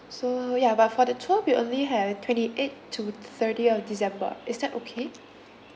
so ya but for the tour we only have twenty eighth to thirtieth of december is that okay